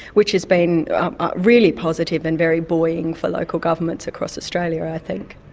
which has been really positive and very buoying for local governments across australia i think.